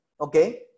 okay